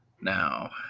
Now